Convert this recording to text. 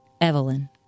Evelyn